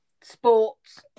sports